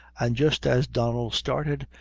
an' just as donnel started,